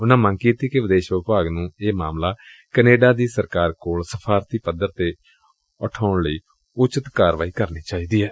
ਉਨਾਂ ਮੰਗ ਕੀਤੀ ਕਿ ਵਿਦੇਸ਼ ਵਿਭਾਗ ਨੂੰ ਇਹ ਮਾਮਲਾ ਕੈਨੇਡਾ ਦੀ ਸਰਕਾਰ ਕੋਲ ਸਫਾਰਤੀ ਪੱਧਰ ਤੇ ਉਠਾਉਣ ਲਈ ਉਚਿਤ ਕਾਰਵਾਈ ਕਰਨੀ ਚਾਹੀਦੀ ਏ